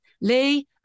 Lee